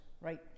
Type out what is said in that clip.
right